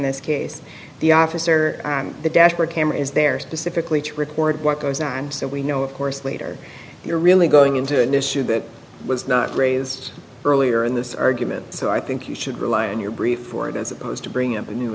this case the officer the dashboard camera is there specifically to record what goes on so we know of course later you're really going into an issue that was not raised earlier in this argument so i think you should rely on your brief for it as opposed to bringing up a new